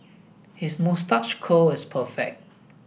his moustache curl is perfect